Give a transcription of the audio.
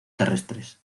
terrestres